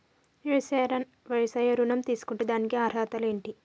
వ్యవసాయ ఋణం తీసుకుంటే దానికి అర్హతలు ఏంటి?